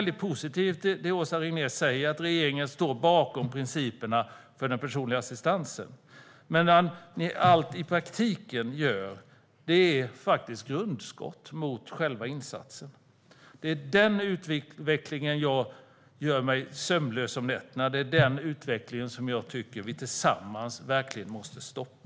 Det som Åsa Regnér säger, att regeringen står bakom principerna för den personliga assistansen, är väldigt positivt. Men allt ni i praktiken gör är faktiskt grundskott mot själva insatsen. Det är den utvecklingen som gör mig sömnlös om nätterna. Det är den utvecklingen som jag tycker att vi tillsammans måste stoppa.